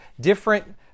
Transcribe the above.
different